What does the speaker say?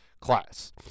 class